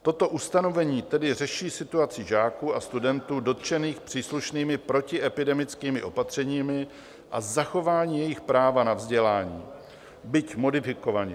Toto ustanovení tedy řeší situaci žáků a studentů dotčených příslušnými protiepidemickými opatřeními a zachování jejich práva na vzdělání, byť modifikovaně.